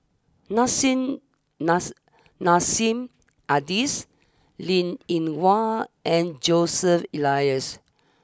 Nissim Nass Nassim Adis Linn in Hua and Joseph Elias